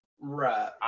right